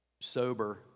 sober